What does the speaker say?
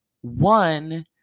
one